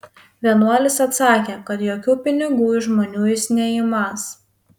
vienuolis atsakė kad jokių pinigų iš žmonių jis neimąs